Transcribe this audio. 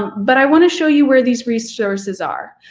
but i want to show you where these resources are.